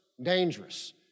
dangerous